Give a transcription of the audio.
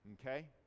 okay